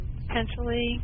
potentially